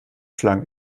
schlagen